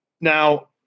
Now